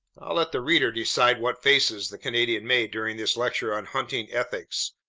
i'll let the reader decide what faces the canadian made during this lecture on hunting ethics.